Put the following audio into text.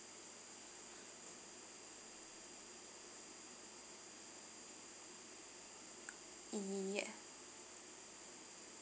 !ee! yeah